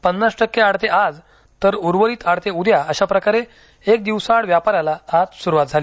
पन्नास टक्के आडते आज तर उर्वरित आडते उद्या अशाप्रकारे एक दिवसाआड व्यापाराला आज सुरुवात झाली